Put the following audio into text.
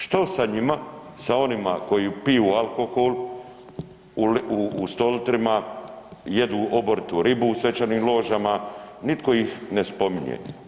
Što sa njima, sa onima koji piju alkohol u stolitrima, jedu oboritu ribu u svečanim ložama, nitko ih ne spominje?